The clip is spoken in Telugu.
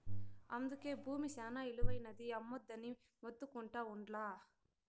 అందుకే బూమి శానా ఇలువైనది, అమ్మొద్దని మొత్తుకుంటా ఉండ్లా